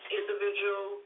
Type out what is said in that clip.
individual